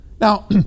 Now